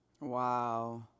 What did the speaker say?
Wow